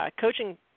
coaching